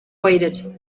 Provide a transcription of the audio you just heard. waited